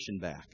back